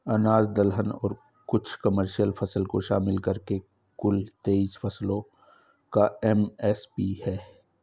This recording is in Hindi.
अनाज दलहन और कुछ कमर्शियल फसल को शामिल करके कुल तेईस फसलों का एम.एस.पी है